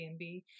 Airbnb